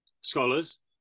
scholars